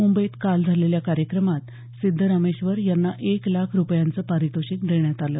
मुंबईत काल झालेल्या कार्यक्रमात सिद्दरामेश्वर यांना एक लाख रुपयांचं पारितोषिक देण्यात आलं